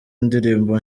indirimbo